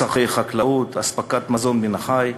צורכי חקלאות ואספקת מזון מן החי.